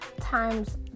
times